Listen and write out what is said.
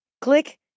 Click